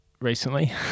recently